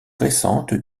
récente